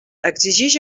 exigix